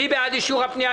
מי בעד אישור הפניות?